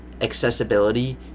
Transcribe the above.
accessibility